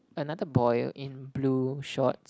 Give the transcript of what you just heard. another boy in blue shorts